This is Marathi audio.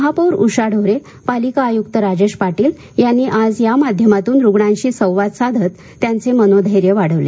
महापौर उषा ढोरे पालिका आयुक्त राजेश पाटील यांनी आज या माध्यमातून रुग्णांशी संवाद साधत त्यांचे मनोधैर्य वाढवले